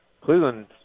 Cleveland